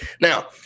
Now